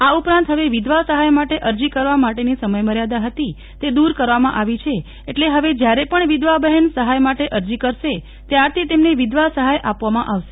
આ ઉપરાંત હવે વિધવા સહાય માટે અરજી કરવા માટેની સમયમર્યાદા હતી તે દૂર કરવામાં આવી છે એટલે હવે જ્યારે પણ વિધવા બહેન સહાય માટે અરજી કરશે ત્યારથી તેમને વિધવા સહાય આપવામાં આવશે